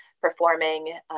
performing